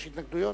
יש התנגדויות?